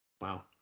Wow